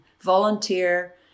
volunteer